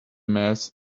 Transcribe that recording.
mass